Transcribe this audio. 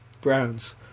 Browns